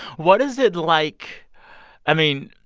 what is it like i mean,